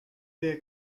their